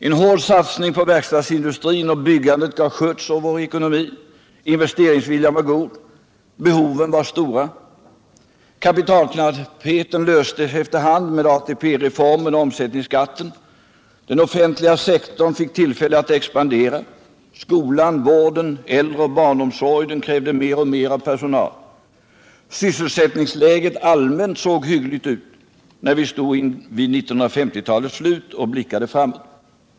En hård satsning på verkstadsindustrin och byggandet gav skjuts åt vår ekonomi. Investeringsviljan var god. Behoven var stora. Kapitalknappheten löstes efter hand med ATP-reformen och omsättningsskatten. Den offentliga sektorn fick tillfälle att expandera. Skolan, vården, äldreoch barnomsorgen krävde mer och mer av personal. Sysselsättningsläget såg allmänt hyggligt ut, när vi stod vid 1950-talets slut och blickade framåt.